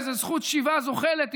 באיזה זכות שיבה זוחלת,